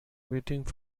waiting